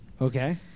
Okay